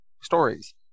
stories